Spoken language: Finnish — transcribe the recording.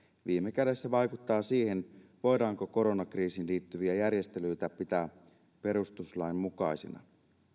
viime kädessä vaikuttaa siihen voidaanko koronakriisiin liittyviä järjestelyitä pitää perustuslain mukaisina